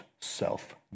self